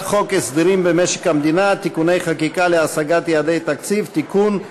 חוק הסדרים במשק המדינה (תיקוני חקיקה להשגת יעדי התקציב) (תיקון,